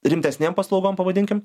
rimtesnėm paslaugom pavadinkim